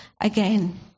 again